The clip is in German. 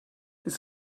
ist